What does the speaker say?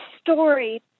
story